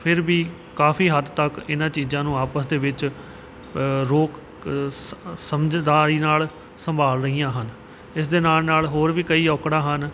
ਫਿਰ ਵੀ ਕਾਫੀ ਹੱਦ ਤੱਕ ਇਹਨਾਂ ਚੀਜ਼ਾਂ ਨੂੰ ਆਪਸ ਦੇ ਵਿੱਚ ਰੋਕ ਸ ਸਮਝਦਾਰੀ ਨਾਲ ਸੰਭਾਲ ਰਹੀਆਂ ਹਨ ਇਸ ਦੇ ਨਾਲ ਨਾਲ ਹੋਰ ਵੀ ਕਈ ਔਕੜਾਂ ਹਨ